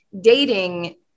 dating